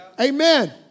Amen